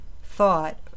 thought